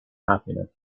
happiness